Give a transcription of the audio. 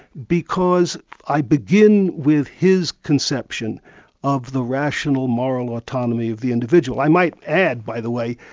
because i begin with his conception of the rational, moral autonomy of the individual. i might add, by the way,